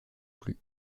plus